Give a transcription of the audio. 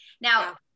Now